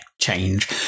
change